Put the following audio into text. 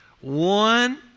One